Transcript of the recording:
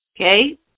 Okay